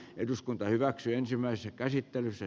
eduskunta hyväksyi ensimmäisessä käsittelyssä